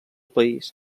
país